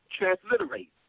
transliterate